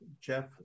Jeff